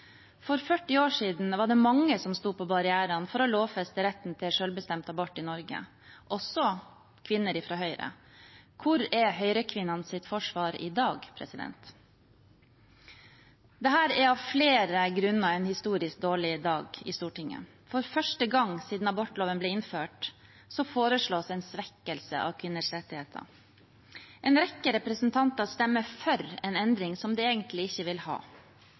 For 40 år siden var det mange som sto på barrikadene for å lovfeste retten til selvbestemt i Norge, også kvinner fra Høyre. Hvor er Høyre-kvinnenes forsvar i dag? Dette er av flere grunner en historisk dårlig dag i Stortinget. For første gang siden abortloven ble innført, foreslås en svekkelse av kvinners rettigheter. En rekke representanter stemmer for en endring som de egentlig ikke vil ha,